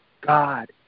God